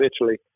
Italy